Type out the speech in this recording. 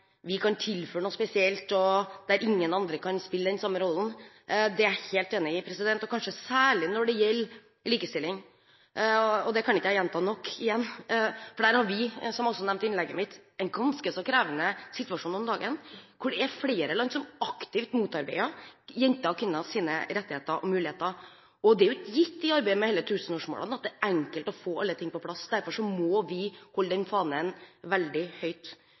vi kan tilføre noe spesielt, og der ingen andre kan spille den samme rollen. Det er jeg helt enig i og kanskje særlig når det gjelder likestilling. Det kan jeg ikke gjenta nok, for der har vi, som jeg også nevnte i mitt innlegg, en ganske krevende situasjon nå om dagen, der det er flere land som aktivt motarbeider kvinners rettigheter og muligheter. Og det er ikke gitt i arbeidet med tusenårsmålene at det er enkelt å få alle ting på plass. Derfor må vi holde den fanen veldig høyt.